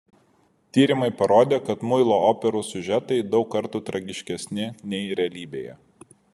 tyrimai parodė kad muilo operų siužetai daug kartų tragiškesni nei realybėje